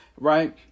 Right